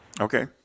okay